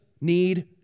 need